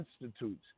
institutes